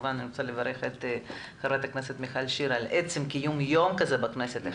כמובן אני רוצה לברך את ח"כ מיכל שיר על עצם קיום יום כזה בכנסת.